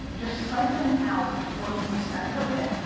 just siphon out twenty percent of it,